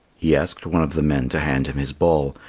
he asked one of the men to hand him his ball,